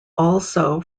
also